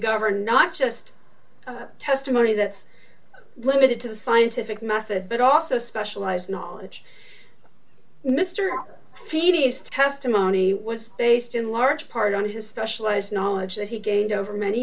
govern not just testimony that's limited to the scientific method but also specialized knowledge mr p t s testimony was based in large part on his specialized knowledge that he gained over many